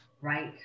Right